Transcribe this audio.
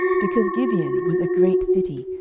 because gibeon was a great city,